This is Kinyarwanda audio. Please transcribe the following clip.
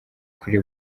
kuri